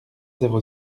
zéro